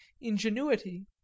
ingenuity